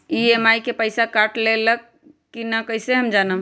EMI के पईसा कट गेलक कि ना कइसे हम जानब?